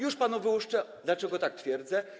Już panu wyłuszczę, dlaczego tak twierdzę.